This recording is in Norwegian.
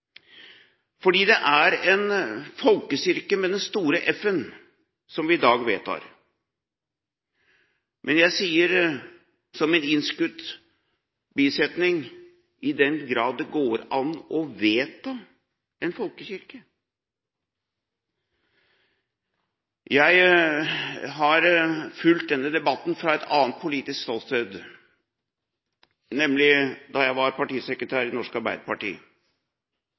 Det er en folkekirke med stor F vi i dag vedtar, i den grad det går an å vedta en folkekirke. Jeg har fulgt denne debatten fra et annet politisk ståsted, nemlig da jeg var partisekretær i Det norske Arbeiderparti.